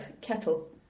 kettle